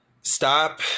stop